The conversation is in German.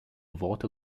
worte